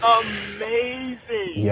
amazing